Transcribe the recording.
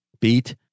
beat